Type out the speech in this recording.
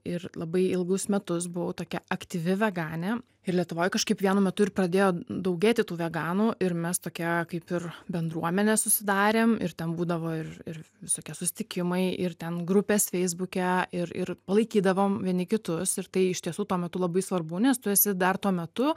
ir labai ilgus metus buvau tokia aktyvi veganė ir lietuvoj kažkaip vienu metu ir pradėjo daugėti tų veganų ir mes tokie kaip ir bendruomenė susidarėm ir tam būdavo ir visokie susitikimai ir ten grupės feisbuke ir ir palaikydavom vieni kitus ir tai iš tiesų tuo metu labai svarbu nes tu esi dar tuo metu